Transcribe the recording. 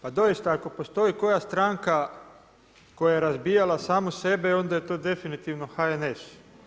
Pa doista, ako postoji koja stranka koja je razbijala samu sebe, onda je to definitivno HNS.